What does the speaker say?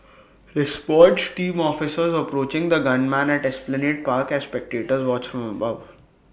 response team officers approaching the gunman at esplanade park as spectators watch from above